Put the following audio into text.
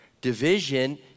Division